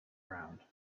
round